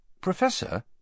Professor